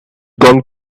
going